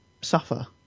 Suffer